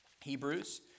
Hebrews